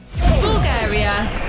Bulgaria